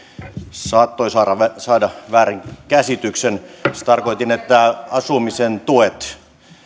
saattoi saada saada väärinkäsityksen tarkoitin että asumisen tuet